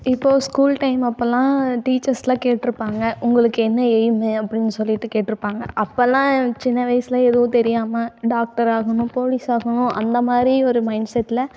இப்போது school time அப்போலாம் டீச்சர்ஸ்லாம் கேட்டிருப்பாங்க உங்களுக்கு என்ன எய்ம்மு அப்படின்னு சொல்லிட்டு கேட்டிருப்பாங்க அப்போலாம் சின்ன வயதுல எதுவும் தெரியாமல் டாக்டர் ஆகணும் போலீஸ் ஆகணும் அந்த மாதிரி ஒரு மைண்ட்செட்டில்